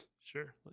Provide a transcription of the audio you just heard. sure